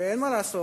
אין מה לעשות,